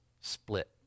split